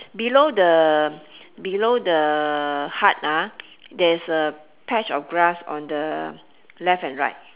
below the below the hut ah there's a patch of grass on the left and right